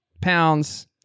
pounds